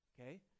Okay